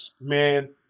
Man